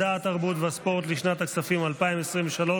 מדע, תרבות וספורט, לשנת הכספים 2023,